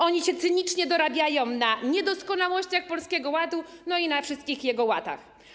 Oni się cynicznie dorabiają na niedoskonałościach Polskiego Ładu i na wszystkich jego łatach.